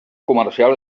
comercial